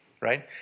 right